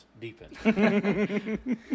deepen